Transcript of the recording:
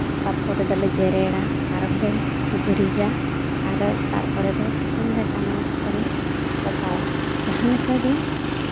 ᱛᱟᱨᱯᱚᱨᱮ ᱫᱚᱞᱮ ᱡᱮᱨᱮᱲᱟ ᱟᱨᱚᱞᱮ ᱜᱩᱨᱤᱡᱟ ᱟᱨ ᱛᱟᱨᱯᱚᱨᱮ ᱫᱚ ᱥᱩᱛᱟᱹᱢ ᱞᱮ ᱴᱟᱱᱟᱣ ᱠᱟᱛᱮ ᱞᱮ ᱯᱚᱛᱟᱣᱟ ᱡᱟᱦᱟᱸᱞᱮᱠᱟ ᱜᱮ